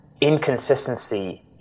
inconsistency